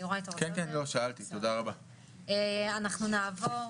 אנחנו נעבור